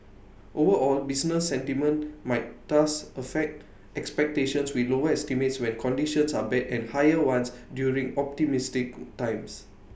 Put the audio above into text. overall business sentiment might thus affect expectations with lower estimates when conditions are bad and higher ones during optimistic times